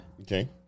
Okay